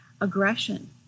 aggression